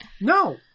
no